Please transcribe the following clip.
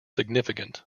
significant